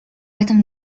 этом